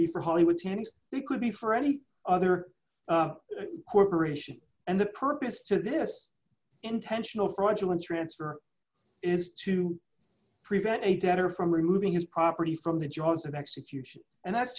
be for hollywood tenants they could be for any other corporation and the purpose to this intentional fraudulent transfer is to prevent a debtor from removing his property from the jaws of execution and that's